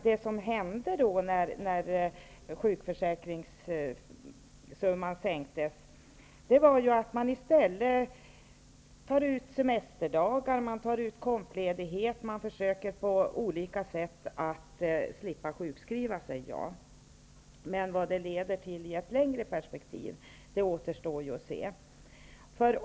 Det som hände när sjukförsäkringssumman sänktes var ju att man i stället tar ut semesterdagar eller tar ut kompledighet, att man på olika sätt försöker slippa sjukskriva sig. Men vad det leder till i ett längre perspektiv återstår ju att se.